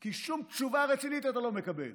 כי שום תשובה רצינית אתה לא מקבל